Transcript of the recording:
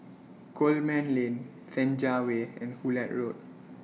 Coleman Lane Senja Way and Hullet Road